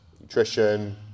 Nutrition